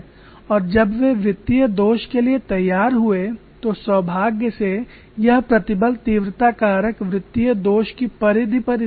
और जब वे वृत्तीय दोष के लिए तैयार हुए तो सौभाग्य से यह प्रतिबल तीव्रता कारक वृत्तीय दोष की परिधि पर स्थिर था